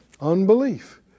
unbelief